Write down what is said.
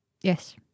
Yes